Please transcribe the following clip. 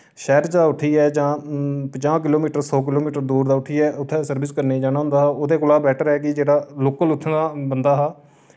शैह्र चा उट्ठियै जां प'ञां किलोमीटर सौ किलोमीटर दूर दा उट्ठियै उत्थै सर्विस करने जाना होंदा हा ओह्दे कोला बैटर ऐ कि जेह्ड़ा लोकल उत्थूं दा बंदा हा